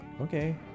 okay